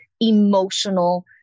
emotional